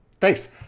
Thanks